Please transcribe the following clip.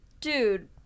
dude